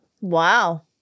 Wow